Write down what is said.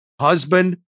husband